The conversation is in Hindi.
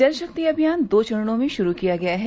जल शक्ति अभियान दो चरणों में शुरू किया गया है